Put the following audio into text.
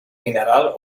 mineral